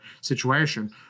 situation